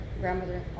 grandmother